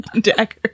Dagger